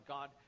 God